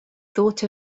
thought